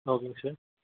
ஓகேங்க சார்